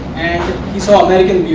he saw american beer,